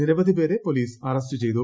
നിരവധി പേരെ police arrest ചെയ്തു